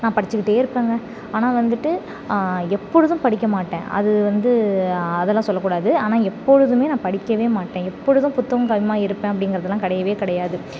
நான் படிச்சுக்கிட்டே இருப்பேங்க ஆனால் வந்துட்டு எப்பொழுதும் படிக்க மாட்டேன் அது வந்து அதெல்லாம் சொல்லக் கூடாது ஆனால் எப்பொழுதுமே நான் படிக்கவே மாட்டேன் எப்பொழுதும் புத்தகம் கையுமாக இருப்பேன் அப்படிங்கிறதுலான் கிடையவே கிடையாது